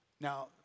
Now